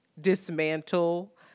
dismantle